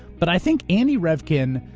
but i think andy revkin.